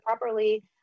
properly